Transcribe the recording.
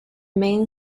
main